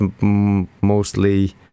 mostly